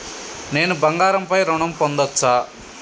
నేను బంగారం పై ఋణం పొందచ్చా?